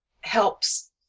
helps